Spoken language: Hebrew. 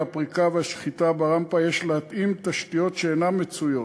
הפריקה והשחיטה ברמפה יש להתאים תשתיות שאינן מצויות.